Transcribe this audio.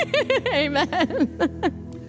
Amen